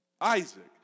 Isaac